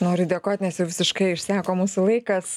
noriu dėkot nes jau visiškai išseko mūsų laikas